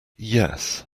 yes